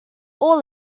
all